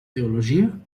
teologia